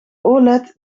oled